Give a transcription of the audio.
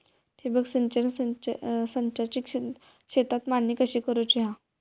ठिबक सिंचन संचाची शेतात मांडणी कशी करुची हा?